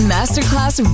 Masterclass